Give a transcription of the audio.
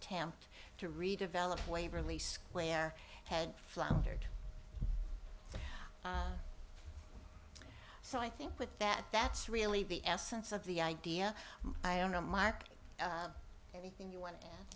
tempt to redevelop waverly square had floundered so i think with that that's really the essence of the idea i don't know mark anything you want ok ye